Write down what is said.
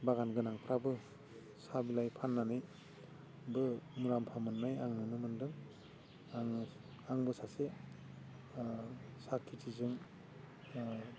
बागान गोनांफ्राबो साहा बिलाइ फान्नानैबो मुलाम्फा मोन्नाय आं नुनो मोनदों आङो आंबो सासे साहा खेथिजों ओह